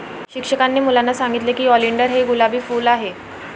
शिक्षकांनी मुलांना सांगितले की ऑलिंडर हे गुलाबी फूल आहे